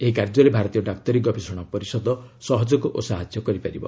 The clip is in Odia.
ଏହି କାର୍ଯ୍ୟରେ ଭାରତୀୟ ଡାକ୍ତରୀ ଗବେଷଣା ପରିଷଦ ସହଯୋଗ ଓ ସାହାଯ୍ୟ କରିପାରିବ